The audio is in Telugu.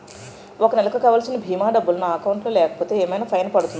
ఒక నెలకు కావాల్సిన భీమా డబ్బులు నా అకౌంట్ లో లేకపోతే ఏమైనా ఫైన్ పడుతుందా?